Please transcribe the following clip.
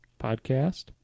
podcast